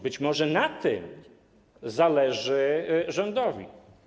Być może na tym zależy rządowi.